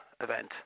event